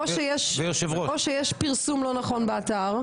או שיש פרסום לא נכון באתר.